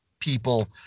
people